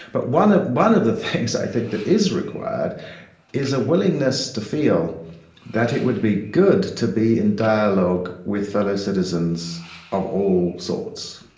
but one ah one of the things i think that is required is a willingness to feel that it would be good to be in dialogue with fellow citizens of all sorts